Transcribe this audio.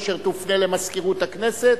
אשר תופנה למזכירות הכנסת,